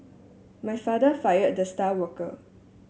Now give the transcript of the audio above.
my father fired the star worker